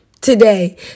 today